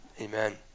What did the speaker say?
Amen